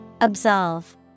Absolve